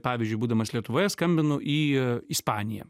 pavyzdžiui būdamas lietuvoje skambinu į ispaniją